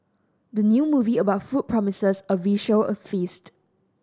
the new movie about food promises a visual feast